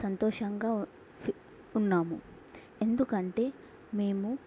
సంతోషంగా ఉన్నాము ఎందుకంటే మేము